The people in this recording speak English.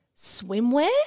swimwear